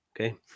okay